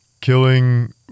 killing